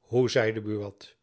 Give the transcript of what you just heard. hoe zeide buat